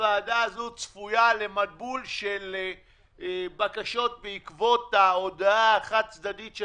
שהוועדה הזאת צפויה למבול של בקשות בעקבות ההודעה החד-צדדית של